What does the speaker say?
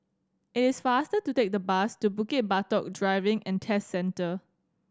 it is faster to take the bus to Bukit Batok Driving and Test Centre